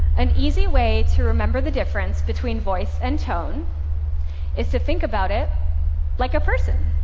an easy way to remember the difference between voice and tone is to think about it like a person.